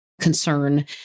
concern